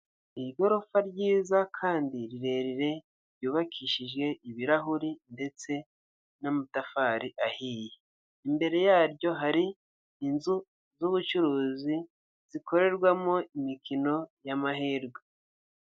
Igorofa ryiza kandi rirerire ryubakishije ibirahuri ndetse n'amatafari ahiye, imbere yaryo hari inzu z'ubucuruzi zikorerwamo imikino y'amahirwe.